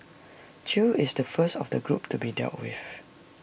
chew is the first of the group to be dealt with